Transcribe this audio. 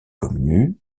connue